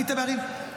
היית בערים,